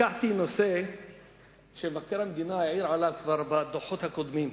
לקחתי נושא שמבקר המדינה העיר עליו כבר בדוחות הקודמים,